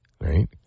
right